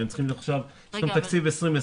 הם צריכים עכשיו להעביר את תקציב 2021,